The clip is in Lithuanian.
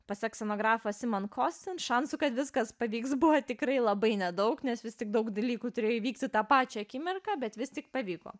pasak scenografas imant kosint šansų kad viskas pavyks buvę tikrai labai nedaug nes vis tik daug dalykų turėjo įvykti tą pačią akimirką bet vis tik pavyko